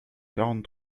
quarante